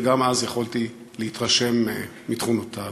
וגם אז יכולתי להתרשם מתכונותיו,